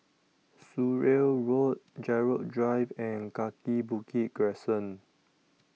Surrey Road Gerald Drive and Kaki Bukit Crescent